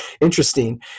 interesting